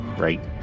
right